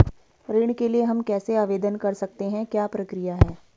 ऋण के लिए हम कैसे आवेदन कर सकते हैं क्या प्रक्रिया है?